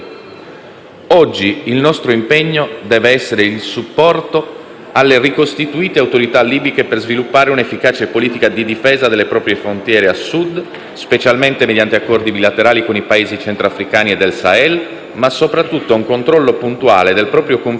Oggi il nostro impegno deve essere il supporto alle ricostituite autorità libiche per sviluppare un'efficace politica di difesa delle proprie frontiere a Sud, specialmente mediante accordi bilaterali con i Paesi centroafricani e del Sahel, ma soprattutto un controllo puntuale del proprio confine